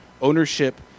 Ownership